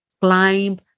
climb